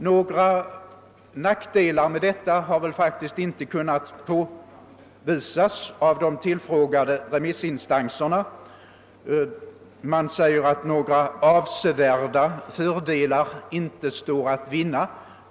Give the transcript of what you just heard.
Några nackdelar av detta har faktiskt inte kunnat påvisas av de tillfrågade remissinstanserna. Man säger visserligen att några avsevärda fördelar inte står att vinna.